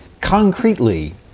Concretely